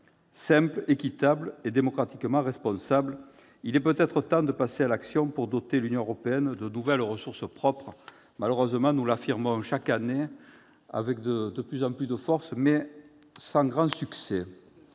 simples, équitables et démocratiquement responsables. Il est peut-être temps de passer à l'action pour doter l'Union européenne de nouvelles ressources propres. Malheureusement, nous l'affirmons chaque année avec une force croissante, mais sans grand succès.